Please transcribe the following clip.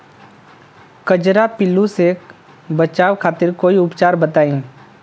कजरा पिल्लू से बचाव खातिर कोई उपचार बताई?